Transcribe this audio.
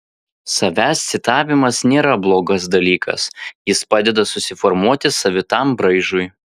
savęs citavimas nėra blogas dalykas jis padeda susiformuoti savitam braižui